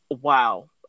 wow